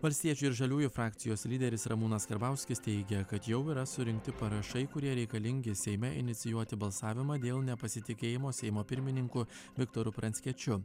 valstiečių ir žaliųjų frakcijos lyderis ramūnas karbauskis teigia kad jau yra surinkti parašai kurie reikalingi seime inicijuoti balsavimą dėl nepasitikėjimo seimo pirmininku viktoru pranckiečiu